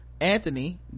anthony